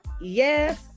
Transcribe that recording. Yes